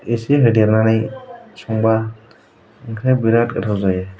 एसे होदेरनानै संब्ला ओंख्रिया बिराद गोथाव जायो